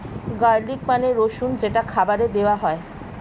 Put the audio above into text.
garlic মানে রসুন যেটা খাবারে দেওয়া হয়